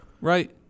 Right